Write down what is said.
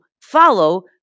follow